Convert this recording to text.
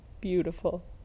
Beautiful